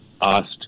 asked